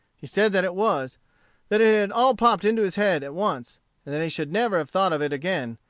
he said that it was that it had all popped into his head at once and that he should never have thought of it again,